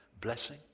blessing